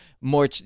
more